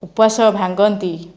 ଉପାସ ଭାଙ୍ଗନ୍ତି